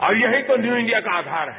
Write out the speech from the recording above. और यही तो न्यू इंडिया का आधार है